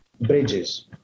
bridges